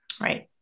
right